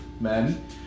Men